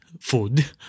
food